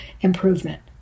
improvement